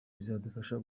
bizadufasha